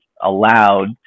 allowed